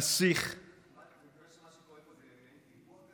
"הנסיך" מה שקורה פה זה מעין פיגוע כזה.